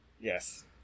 Yes